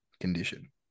condition